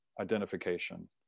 identification